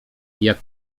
jak